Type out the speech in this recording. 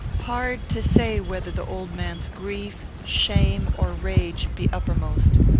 hard to say whether the old man's grief, shame, or rage, be uppermost.